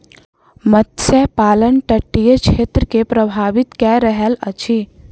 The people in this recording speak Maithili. मत्स्य पालन तटीय क्षेत्र के प्रभावित कय रहल अछि